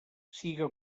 siga